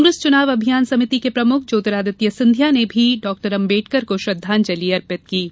कांग्रेस चुनाव अभियान समिति के प्रमुख ज्योतिरादित्य सिंधिया ने भी डॉ अंबेडकर को श्रद्धांजलि अर्पित की है